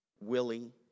Willie